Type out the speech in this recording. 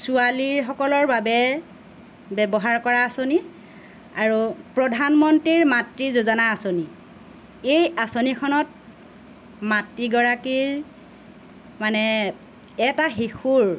ছোৱালীসকলৰ বাবে ব্যৱহাৰ কৰা আঁচনি আৰু প্ৰধানমন্ত্ৰীৰ মাতৃ যোজনা আঁচনি এই আঁচনিখনত মাতৃগৰাকীৰ মানে এটা শিশুৰ